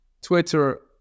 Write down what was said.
Twitter